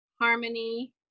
harmony